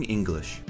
English